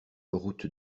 route